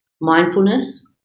mindfulness